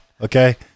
okay